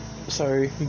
sorry